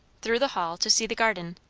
through the hall, to see the garden.